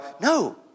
No